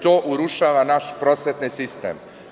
To urušava naš prosvetni sistem.